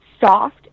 soft